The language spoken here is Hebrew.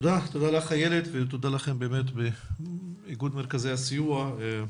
תודה לך, איילת, ותודה לכם באיגוד מרכזי הסיוע.